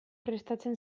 prestatzen